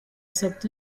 supt